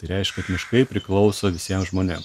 tai reiškia kad miškai priklauso visiem žmonėm